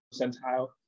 percentile